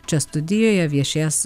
čia studijoje viešėjęs